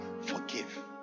Forgive